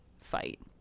fight